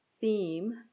theme